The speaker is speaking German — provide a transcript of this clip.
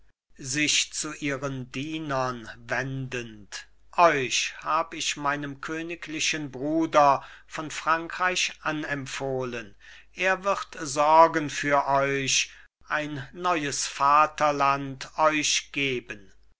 sich zu ihren dienern wendend euch hab ich meinem königlichen bruder von frankreich anempfohlen er wird sorgen für euch ein neues vaterland euch geben